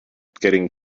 getting